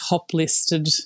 top-listed